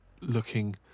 looking